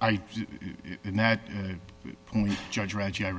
and judge reggie i